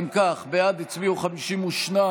אם כך, בעד הצביעו 52,